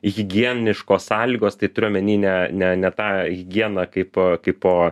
higieniškos sąlygos tai turiu omeny ne ne ne tą higieną kaip kai po